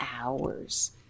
hours